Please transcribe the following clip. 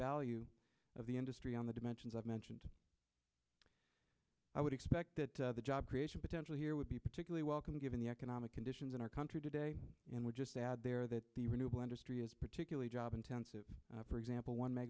value of the industry on the dimensions i've mentioned i would expect that the job creation potential here would be particularly welcome given the economic conditions in our country today and we just add there that the renewable industry is particularly job intensive for example one m